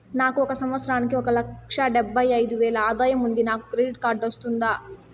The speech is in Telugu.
నాకు ఒక సంవత్సరానికి ఒక లక్ష డెబ్బై అయిదు వేలు ఆదాయం ఉంది నాకు క్రెడిట్ కార్డు వస్తుందా?